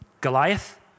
Goliath